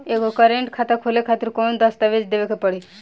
एगो करेंट खाता खोले खातिर कौन कौन दस्तावेज़ देवे के पड़ी?